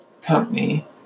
company